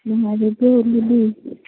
ꯅꯨꯡꯉꯥꯏꯔꯤꯕ꯭ꯔꯣ ꯂꯤꯂꯤ